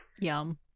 Yum